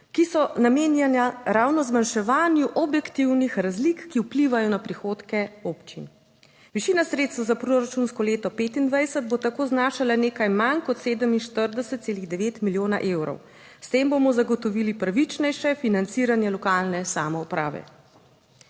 ki so namenjena ravno zmanjševanju objektivnih razlik, ki vplivajo na prihodke občin. Višina sredstev za proračunsko leto 2025 bo tako znašala nekaj manj kot 47,9 milijona evrov. S tem bomo zagotovili pravičnejše financiranje lokalne samouprave.